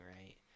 right